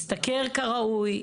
השתכר כראוי,